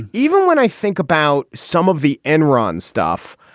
even when i think about some of the enron stuff,